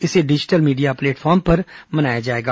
इसे digital media platform पर मनाया जाएगा